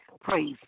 Praise